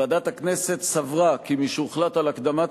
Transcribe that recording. ועדת הכנסת סברה כי משהוחלט על הקדמת